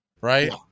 right